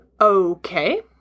Okay